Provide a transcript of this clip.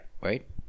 Right